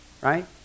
right